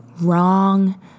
wrong